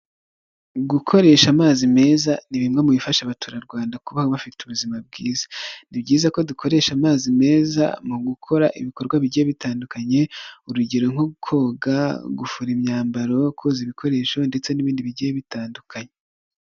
Gukoresha amazi meza ni bimwe mu bifasha abaturarwanda kubaho bafite ubuzima bwiza. Ni byiza ko dukoresha amazi meza mu gukora ibikorwa bigiye bitandukanye, urugero nko koga, gufura imyambaro, koza ibikoresho ndetse n'ibindi bigiye bitandukanye.